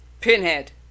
Pinhead